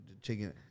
chicken